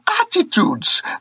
attitudes